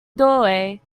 doorway